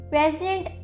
President